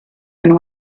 and